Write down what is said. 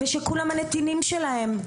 ושכולם הנתינים שלהם.